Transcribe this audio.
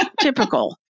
Typical